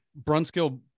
Brunskill